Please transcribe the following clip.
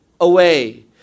away